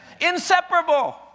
Inseparable